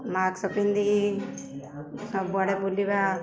mask ପିନ୍ଧି ସବୁଆଡ଼େ ବୁଲିବା